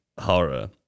horror